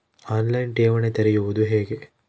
On line ಠೇವಣಿ ತೆರೆಯುವುದು ಹೇಗೆ?